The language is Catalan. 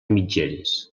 mitgeres